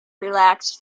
relaxed